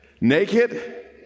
naked